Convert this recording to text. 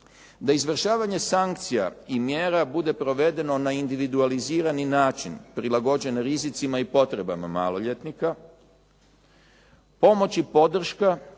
Da izvršavanje sankcija i mjera bude provedeno na individualizirani način prilagođen rizicima i potrebama maloljetnika, pomoć i podrška